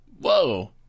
Whoa